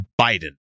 biden